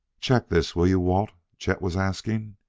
check this, will you, walt? chet was asking.